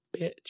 bitch